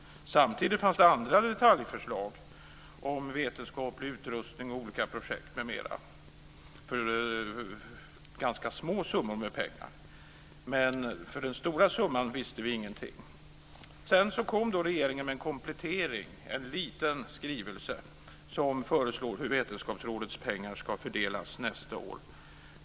Samtidigt fanns det andra detaljförslag om vetenskaplig utrustning och olika projekt m.m. för ganska små summor pengar. Men beträffande den stora summan visste vi ingenting. Sedan kom regeringen med en komplettering, en liten skrivelse där det föreslogs hur vetenskapsrådets pengar ska fördelas nästa år.